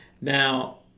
Now